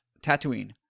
Tatooine